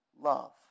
love